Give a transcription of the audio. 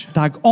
tak